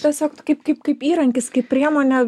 tiesiog kaip kaip kaip įrankis kaip priemonė